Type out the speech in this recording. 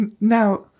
now